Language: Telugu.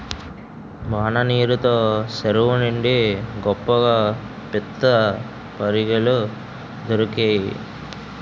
వాన నీరు తో సెరువు నిండి గొప్పగా పిత్తపరిగెలు దొరికేయి